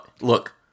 Look